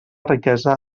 riquesa